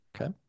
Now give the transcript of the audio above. Okay